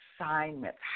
assignments